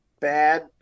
bad